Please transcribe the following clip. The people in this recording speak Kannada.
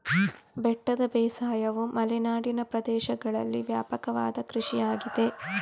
ಬೆಟ್ಟದ ಬೇಸಾಯವು ಮಲೆನಾಡಿನ ಪ್ರದೇಶಗಳಲ್ಲಿ ವ್ಯಾಪಕವಾದ ಕೃಷಿಯಾಗಿದೆ